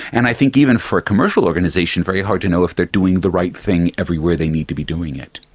and i think, even for a commercial organisation, very hard to know if they are doing the right thing everywhere they need to be doing it.